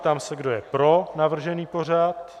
Ptám se, kdo je pro navržený pořad.